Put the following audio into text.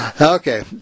Okay